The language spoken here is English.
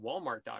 walmart.com